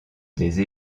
des